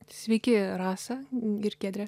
sveiki rasa ir giedre